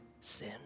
sin